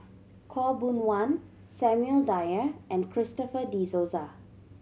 Khaw Boon Wan Samuel Dyer and Christopher De Souza